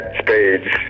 spades